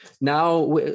Now